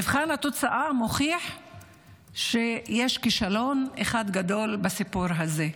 מבחן התוצאה מוכיח שיש כישלון אחד גדול בסיפור הזה.